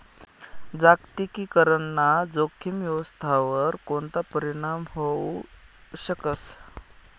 जागतिकीकरण ना जोखीम व्यवस्थावर कोणता परीणाम व्हवू शकस